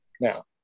Now